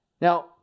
Now